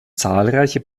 zahlreiche